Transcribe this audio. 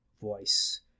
voice